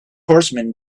horseman